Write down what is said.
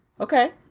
Okay